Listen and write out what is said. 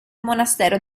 monastero